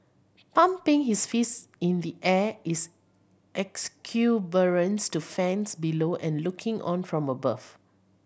pumping his fist in the air is exuberance to fans below and looking on from above